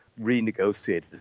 renegotiated